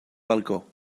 balcó